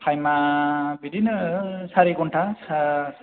थाइमा बिदिनो सारि घन्टा